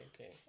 okay